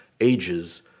ages